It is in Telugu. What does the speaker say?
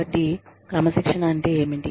కాబట్టి క్రమశిక్షణ అంటే ఏమిటి